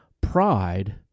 pride